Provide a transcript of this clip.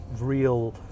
real